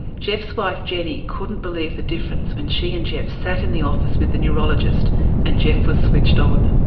geoff's wife jenny couldn't believe the difference when she and geoff sat in the office with the neurologist and geoff was switched on.